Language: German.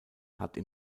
hatte